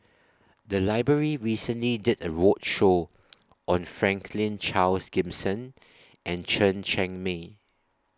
The Library recently did A roadshow on Franklin Charles Gimson and Chen Cheng Mei